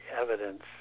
evidence